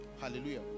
Hallelujah